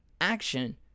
action